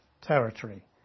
territory